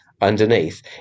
underneath